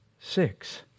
six